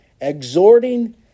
exhorting